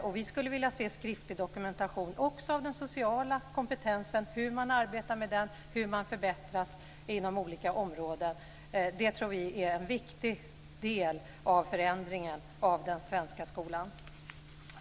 Vi skulle också vilja se en skriftlig dokumentation av den sociala kompetensen, hur man arbetar med den, hur man förbättras inom olika områden. Det tror vi är en viktig del i förändringen av den svenska skolan.